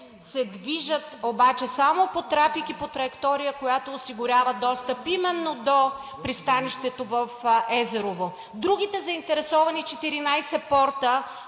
се движат обаче само по трафик и траектория, която осигурява достъп именно до пристанището в Езерово. Другите заинтересовани 14 порта